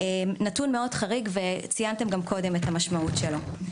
נתון מאוד חריג וציינתם גם קודם את המשמעות שלו.